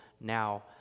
now